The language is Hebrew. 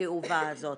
הכאובה הזאת.